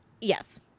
Yes